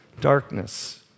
darkness